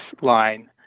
line